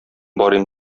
барыйм